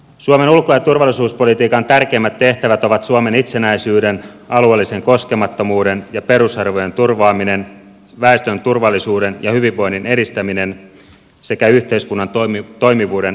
suomen ulko ja turvallisuuspolitiikan tärkeimmät tehtävät ovat suomen itsenäisyyden alueellisen koskemattomuuden ja perusarvojen turvaaminen väestön turvallisuuden ja hyvinvoinnin edistäminen sekä yhteiskunnan toimivuuden varmistaminen